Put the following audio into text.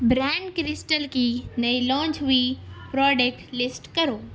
brand crystal کی نئی launch ہوئی پراڈکٹ لیسٹ کرو